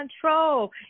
control